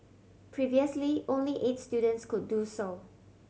previously only eight students could do so